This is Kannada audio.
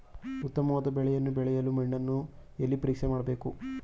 ಉತ್ತಮವಾದ ಬೆಳೆಯನ್ನು ಬೆಳೆಯಲು ಮಣ್ಣನ್ನು ಎಲ್ಲಿ ಪರೀಕ್ಷೆ ಮಾಡಬೇಕು?